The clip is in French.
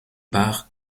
par